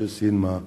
משה סילמן,